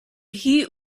heat